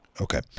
Okay